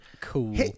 Cool